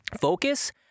focus